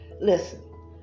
listen